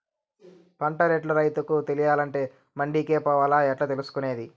పంట రేట్లు రైతుకు తెలియాలంటే మండి కే పోవాలా? ఎట్లా తెలుసుకొనేది?